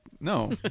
no